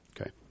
Okay